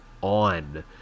on